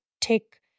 take